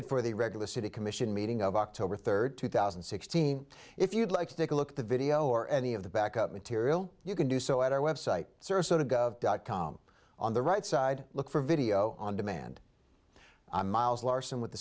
it for the regular city commission meeting of october third two thousand and sixteen if you'd like to take a look at the video or any of the backup material you can do so at our website service so to go dot com on the right side look for video on demand i'm miles larson with the